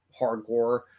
hardcore